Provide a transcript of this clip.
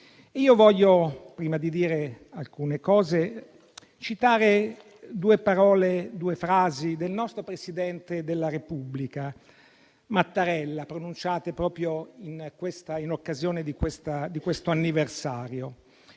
vera. Prima di dire alcune cose, vorrei citare due frasi del nostro presidente della Repubblica Mattarella, pronunciate proprio in occasione di questo anniversario: